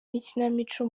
n’ikinamico